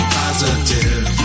positive